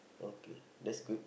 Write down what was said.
okay that's good